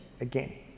again